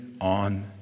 on